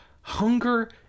hunger